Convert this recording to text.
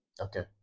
Okay